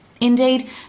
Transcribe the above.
Indeed